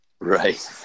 Right